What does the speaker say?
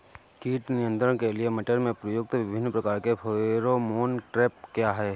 कीट नियंत्रण के लिए मटर में प्रयुक्त विभिन्न प्रकार के फेरोमोन ट्रैप क्या है?